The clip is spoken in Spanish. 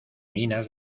minas